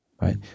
right